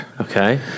Okay